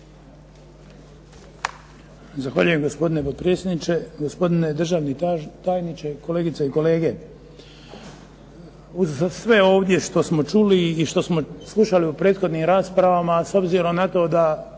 Zahvaljujem, gospodine potpredsjedniče. Gospodine državni tajniče, kolegice i kolege. Uza sve ovdje što smo čuli i što smo slušali u prethodnim raspravama, s obzirom na to da